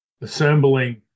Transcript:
assembling